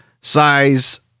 size